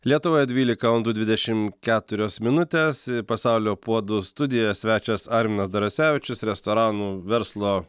lietuvoje dvylika valandų dvidešim keturios minutės i pasaulio puodų studijoj svečias arminas darasevičius restoranų verslo